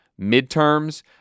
midterms